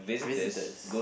visitors